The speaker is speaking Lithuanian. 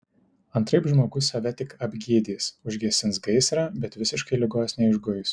antraip žmogus save tik apgydys užgesins gaisrą bet visiškai ligos neišguis